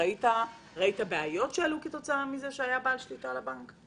ראית בעיות שעלו כתוצאה מזה שהיה בעל שליטה לבנק?